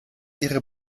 ihre